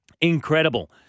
Incredible